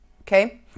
Okay